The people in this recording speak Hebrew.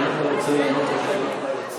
אם אתה רוצה לענות על שאלות מהיציע,